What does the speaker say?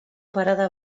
parada